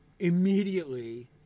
Immediately